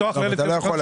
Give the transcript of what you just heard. אתה לא יכול.